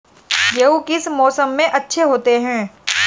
गेहूँ किस मौसम में अच्छे होते हैं?